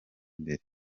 imbere